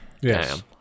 Yes